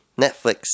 Netflix